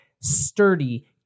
sturdy